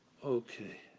Okay